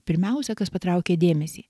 pirmiausia kas patraukė dėmesį